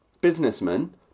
businessman